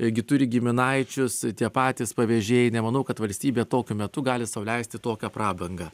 gi turi giminaičius tie patys pavežėjai nemanau kad valstybė tokiu metu gali sau leisti tokią prabangą